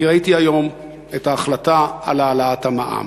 כי ראיתי היום את ההחלטה על העלאת המע"מ.